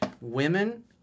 Women